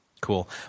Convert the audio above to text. Cool